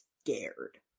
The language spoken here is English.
scared